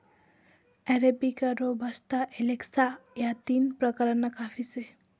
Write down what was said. arabica, robusta, excelsa या तीन प्रकारना काफी से